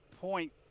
point